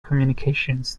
communications